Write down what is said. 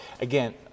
again